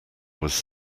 was